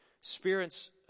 spirit's